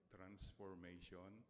Transformation